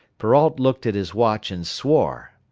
perrault looked at his watch and swore.